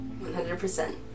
100%